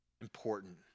important